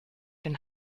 den